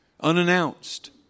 unannounced